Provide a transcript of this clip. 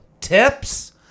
tips